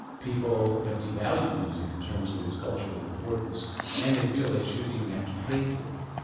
people have devalued music in terms of its cultural important and they feel they shouldn't even have to pay for it.